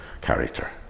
character